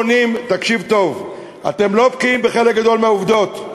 תקשיב טוב, אתם לא בקיאים בחלק גדול מהעובדות.